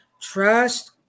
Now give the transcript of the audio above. Trust